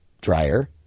dryer